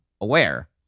aware